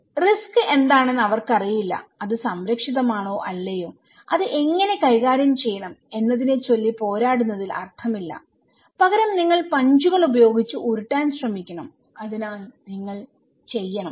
risk എന്താണെന്ന് അവർക്കറിയില്ല അത് സംരക്ഷിതമാണോ അല്ലയോ അത് എങ്ങനെ കൈകാര്യം ചെയ്യണം എന്നതിനെ ചൊല്ലി പോരാടുന്നതിൽ അർത്ഥമില്ല പകരം നിങ്ങൾ പഞ്ചുകൾ ഉപയോഗിച്ച് ഉരുട്ടാൻ ശ്രമിക്കണം അതിനാൽ നിങ്ങൾ ചെയ്യണം